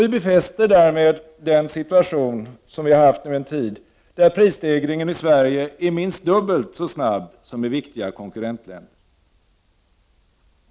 Vi befäster därmed en situation, som vi har haft en tid, där prisstegringen i Sverige är minst dubbelt så snabb som i viktiga konkurrentländer.